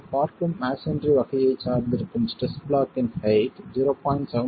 நீங்கள் பார்க்கும் மஸோன்றி வகையைச் சார்ந்திருக்கும் ஸ்ட்ரெஸ் ப்ளாக்கின் ஹெயிட் 0